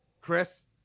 Chris